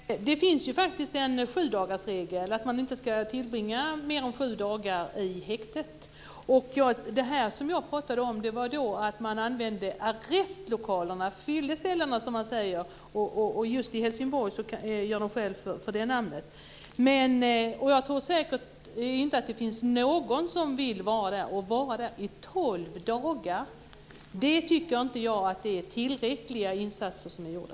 Fru talman! Det finns ju faktiskt en sjudagarsregel som säger att man inte ska tillbringa mer än sju dagar i häktet. Det jag pratade om handlade om att man använde arrestlokalerna, fyllecellerna som man säger. Just i Helsingborg gör de skäl för det namnet. Jag tror inte att det finns någon som vill vara där, inte i tolv dagar. Jag tycker inte att det är tillräckliga insatser som är gjorda.